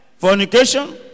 fornication